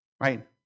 right